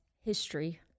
history